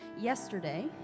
yesterday